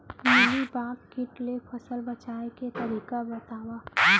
Mealybug किट ले फसल बचाए के तरीका बतावव?